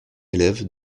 élève